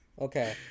Okay